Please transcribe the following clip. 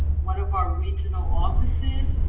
one of our regional offices.